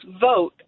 vote